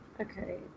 Okay